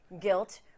guilt